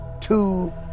two